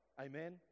Amen